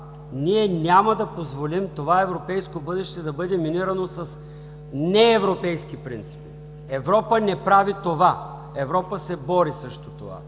ние няма да позволим това европейско бъдеще да бъде минирано с неевропейски принципи. Европа не прави това! Европа се бори срещу това!